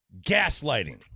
Gaslighting